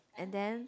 and then